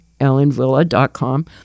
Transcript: ellenvilla.com